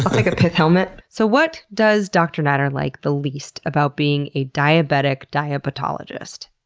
i'll take a pith helmet. so what does dr. natter like the least about being a diabetic diabetologist?